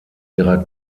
ihrer